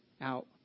out